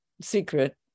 secret